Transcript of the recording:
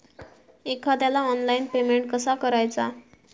एखाद्याला online payment कसा करायचा?